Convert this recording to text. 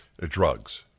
drugs